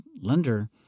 lender